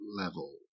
level